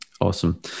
awesome